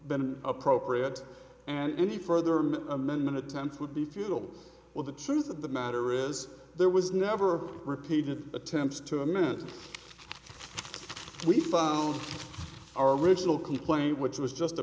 been appropriate and any further amendment attempts would be futile with the truth of the matter is there was never repeated attempts to amend we found our original complaint which was just a